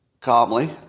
Calmly